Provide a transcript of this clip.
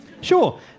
Sure